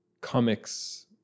comics